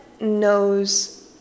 knows